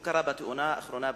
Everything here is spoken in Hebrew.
שהיה בתאונה האחרונה בכפר-קאסם.